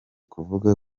kuvuga